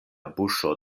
buŝo